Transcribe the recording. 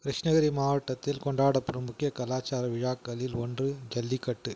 கிருஷ்ணகிரி மாவட்டத்தில் கொண்டாடப்படும் முக்கிய கலாச்சார விழாக்களில் ஒன்று ஜல்லிக்கட்டு